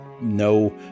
no